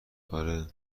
آره